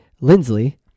Lindsley